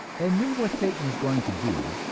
and knew what satan was going to do,